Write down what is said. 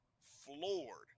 floored